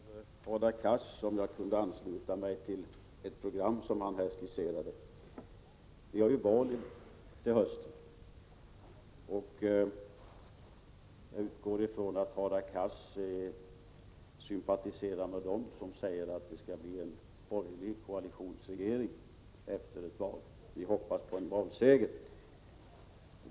Herr talman! Jag fick en fråga av Hadar Cars om jag kunde ansluta mig till det program som han här skisserade. Vi har ju val till hösten, och jag utgår ifrån att Hadar Cars sympatiserar med dem som hoppas på en borgerlig valseger och säger att det skall bli en borgerlig koalitionsregering efter valet.